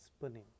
Spinning